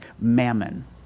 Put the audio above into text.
mammon